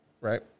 Right